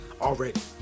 already